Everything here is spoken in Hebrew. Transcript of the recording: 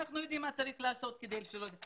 אנחנו יודעים מה צריך לעשות כדי שלא תהיה נזילת מים.